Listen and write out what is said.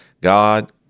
God